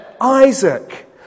Isaac